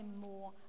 more